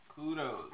Kudos